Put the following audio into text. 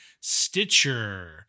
Stitcher